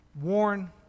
warn